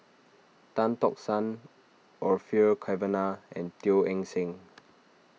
Tan Tock San Orfeur Cavenagh and Teo Eng Seng